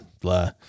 blah